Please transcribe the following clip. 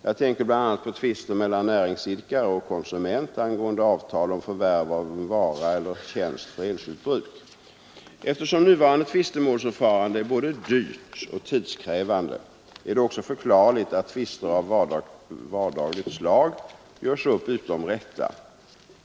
Jag tänker bl.a. på tvister mellan näringsidkare och konsument angående förvärv av vara eller tjänst för enskilt bruk. Eftersom nuvarande tvistemålsförfarande är både dyrt och tidskrävande är det också förklarligt att tvister av vardagligt slag görs upp utom rätta.